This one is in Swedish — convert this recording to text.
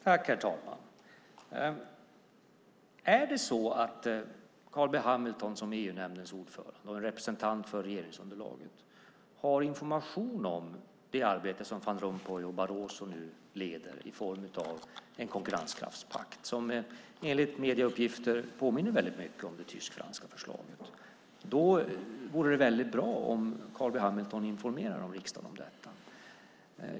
Herr talman! Är det så att Carl B Hamilton som EU-nämndens ordförande och som representant för regeringsunderlaget har information om det arbete som Van Rompuy och Barroso nu leder i form av en konkurrenskraftspakt, som enligt medieuppgifter påminner mycket om det tysk-franska förslaget? Då vore det väldigt bra om Carl B Hamilton informerade riksdagen om detta.